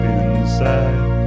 inside